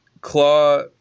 Claw